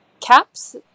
caps